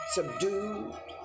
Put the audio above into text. Subdued